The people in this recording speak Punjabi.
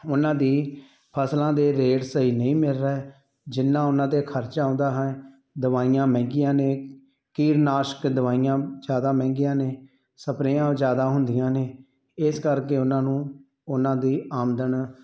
ਉਹਨਾਂ ਦੀ ਫਸਲਾਂ ਦੇ ਰੇਟ ਸਹੀ ਨਹੀਂ ਮਿਲ ਰਹੇ ਜਿੰਨਾ ਉਹਨਾਂ 'ਤੇ ਖਰਚਾ ਆਉਂਦਾ ਹੈ ਦਵਾਈਆਂ ਮਹਿੰਗੀਆਂ ਨੇ ਕੀਟਨਾਸ਼ਕ ਦਵਾਈਆਂ ਜ਼ਿਆਦਾ ਮਹਿੰਗੀਆਂ ਨੇ ਸਪਰੇਆਂ ਜ਼ਿਆਦਾ ਹੁੰਦੀਆਂ ਨੇ ਇਸ ਕਰਕੇ ਉਹਨਾਂ ਨੂੰ ਉਹਨਾਂ ਦੀ ਆਮਦਨ